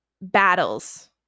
battles